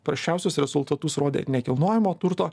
prasčiausius rezultatus rodė nekilnojamo turto